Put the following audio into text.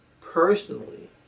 personally